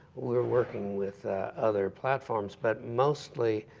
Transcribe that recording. we're working with other platforms, but mostly,